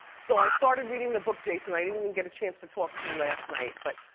so i started reading the book, jason. i didn't even get a chance to talk to you last night. but